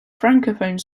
francophone